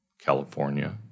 california